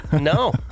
no